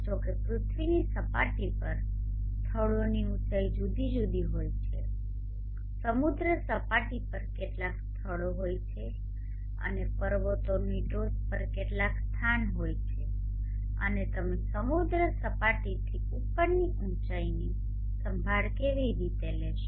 જો કે પૃથ્વીની સપાટી પર સ્થળોની ઉંચાઈ જુદી જુદી હોય છે સમુદ્ર સપાટી પર કેટલાક સ્થળો હોય છે અને પર્વતોની ટોચ પર કેટલાક સ્થાનો હોય છે અને તમે સમુદ્ર સપાટીથી ઉપરની ઉંચાઇની સંભાળ કેવી રીતે લેશો